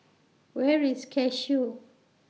Where IS Cashew